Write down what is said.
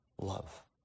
Love